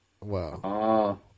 Wow